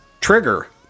Trigger